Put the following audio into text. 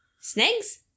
Snakes